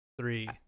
three